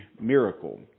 miracle